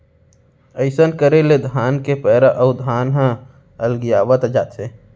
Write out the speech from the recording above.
अइसन करे ले धान के पैरा अउ धान ह अलगियावत जाथे